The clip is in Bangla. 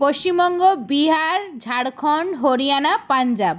পশ্চিমবঙ্গ বিহার ঝাড়খন্ড হরিয়ানা পাঞ্জাব